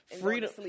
Freedom